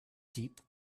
deep